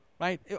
right